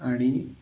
आणि